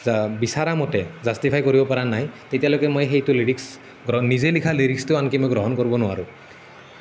বিচৰামতে justify কৰিব পৰা নাই তেতিয়ালৈকে মই সেইটো লিৰিক্স গ্ৰহ নিজে লিখা লিৰিক্সটোও আনকি মই গ্ৰহণ কৰিব নোৱাৰোঁ